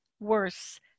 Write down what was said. worse